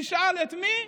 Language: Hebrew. תשאל את מי?